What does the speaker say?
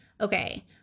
okay